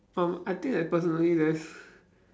um I think that personally there's